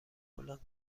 بلند